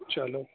چلو